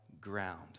ground